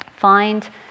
Find